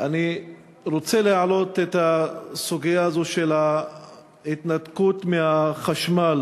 אני רוצה להעלות את הסוגיה של הניתוק מהחשמל